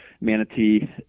Manatee